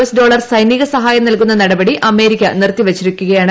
S dollar സൈനിക സഹായം നൽകുന്ന നടപടി അമേരിക്ക നിർത്തിവച്ചിരിക്കുകയാണ്